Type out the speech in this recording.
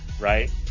right